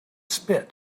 spit